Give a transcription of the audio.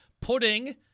putting